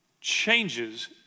changes